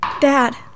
Dad